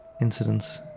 incidents